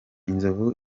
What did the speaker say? inzovu